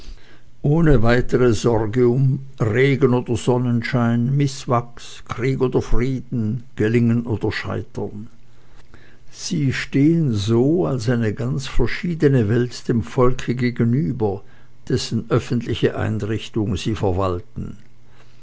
ohne weitere sorge um regen oder sonnenschein mißwachs krieg oder frieden gelingen oder scheitern sie stehen so als eine ganz verschiedene welt dem volke gegenüber dessen öffentliche einrichtung sie verwalten